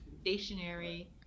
stationary